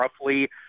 roughly